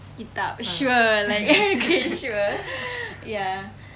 kitab sure like okay sure ya